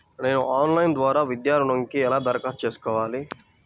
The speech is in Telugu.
నేను ఆన్లైన్ ద్వారా విద్యా ఋణంకి ఎలా దరఖాస్తు చేసుకోవాలి?